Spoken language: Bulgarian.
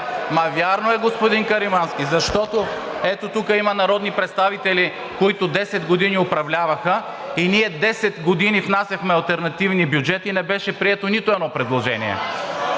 Вярно е, господин Каримански! Защото ето тук има народни представители, които 10 години управляваха, и ние 10 години внасяхме алтернативни бюджети и не беше прието нито едно предложение.